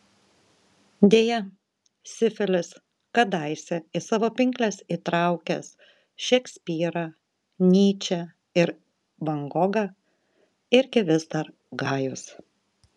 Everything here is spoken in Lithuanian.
deja sifilis kadaise į savo pinkles įtraukęs šekspyrą nyčę ir van gogą irgi vis dar gajus